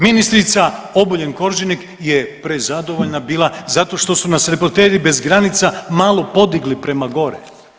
Ministrica Obuljen Koržinek je prezadovoljna bila zato što su nas reporteri bez granica malo podigli prema gore.